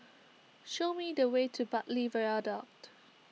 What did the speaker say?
show me the way to Bartley Viaduct